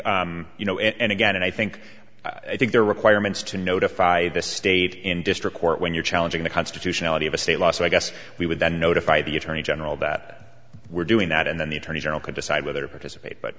you know and again and i think i think there are requirements to notify the state in district court when you're challenging the constitutionality of a state law so i guess we would then notify the attorney general that we're doing that and then the attorney general could decide whether participate but